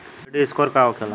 Credit score का होखेला?